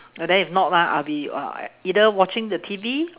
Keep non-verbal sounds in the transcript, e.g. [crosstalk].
and then if not lah I'll be uh [noise] either watching the T_V